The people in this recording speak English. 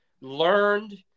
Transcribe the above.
learned